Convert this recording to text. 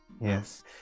Yes